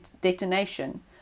detonation